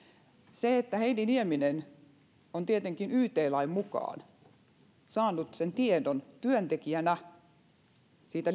se että heidi nieminen on tietenkin yt lain mukaan saanut sen tiedon työntekijänä siitä